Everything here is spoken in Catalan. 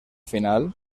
final